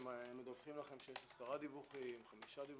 שמדווחים לכם שיש עשרה דיווחים, חמישה.